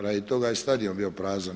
Radi toga je stadion bio prazan.